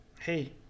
Hey